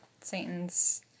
Satan's